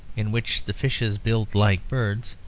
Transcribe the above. in which the fishes build like birds,